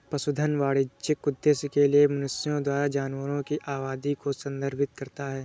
पशुधन वाणिज्यिक उद्देश्य के लिए मनुष्यों द्वारा जानवरों की आबादी को संदर्भित करता है